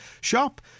shop